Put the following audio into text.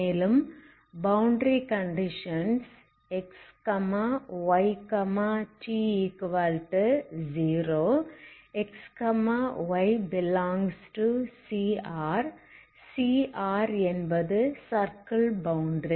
மேலும் boundary conditions xyt0 xy∈CR CRஎன்பது circle boundary